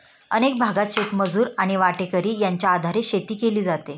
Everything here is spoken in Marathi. अनेक भागांत शेतमजूर आणि वाटेकरी यांच्या आधारे शेती केली जाते